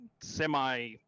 semi